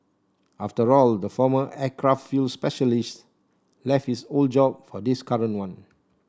after all the former aircraft fuel specialist left his old job for this current one